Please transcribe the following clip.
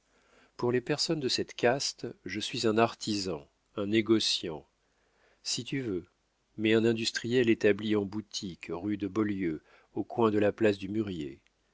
pour les personnes de cette caste je suis un artisan un négociant si tu veux mais un industriel établi en boutique rue de beaulieu au coin de la place du mûrier